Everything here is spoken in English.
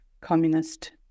communist